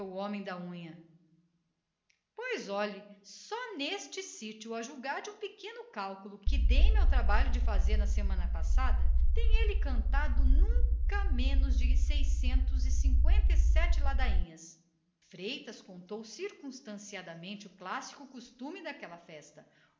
homem da unha grande pois olhe só neste sítio a julgar de um pequeno cálculo que me dei ao trabalho de fazer tem ele engrolado nunca menos de seiscentos e cincoenta sete ladainhas e a propósito freitas contou minuciosamente o clássico costume daquela festa